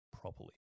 properly